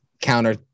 counter